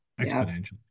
exponentially